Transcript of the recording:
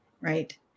right